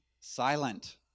silent